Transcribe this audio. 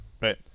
right